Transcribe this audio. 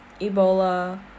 Ebola